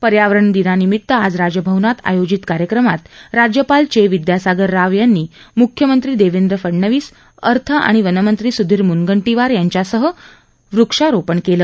पर्यावरणनिमित्त आज राजभवनात आयोजित कार्यक्रमामधे राज्पाल चे विद्यासागर राव मुख्यमंत्री देवेंद्र फडणवीस अर्थ आणि वनमंत्री सुधीर मुंनगीीीर यांच्यासह अनेकानी वृक्षारोपण केलं